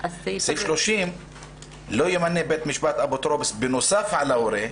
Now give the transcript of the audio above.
--- סעיף 30 לא ימנה בית המשפט אפוטרופוס בנוסף על הורה,